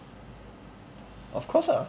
of course ah